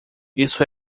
isso